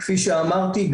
כפי שאמרתי,